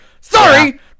sorry